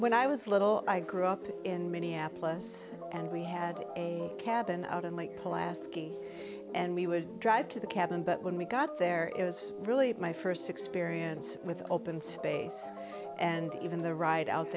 when i was little i grew up in minneapolis and we had a cabin out in lake placid and we would drive to the cabin but when we got there it was really my first experience with open space and even the ride out